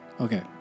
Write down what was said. Okay